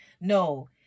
No